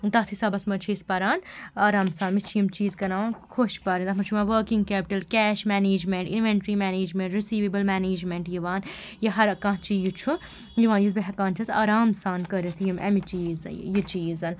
تَتھ حِسابَس منٛز چھِ أسۍ پَران آرام سان مےٚ چھِ یِم چیٖز کَران وۄنۍ خۄش پَرٕنۍ تَتھ مَنٛز چھُ یِوان working capital cash management inventory management receivable management یِوان یا ہَر کانٛہہ چیٖز چھُ یِوان یُس بہٕ ہیٚکان چھیٚس آرام سان کٔرِتھ یِم اَمہِ چیٖزٕ یہِ چیٖز